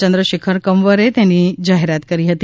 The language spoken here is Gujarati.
ચંદ્રશેખર કંવરે તેની જાહેરાત કરી હતી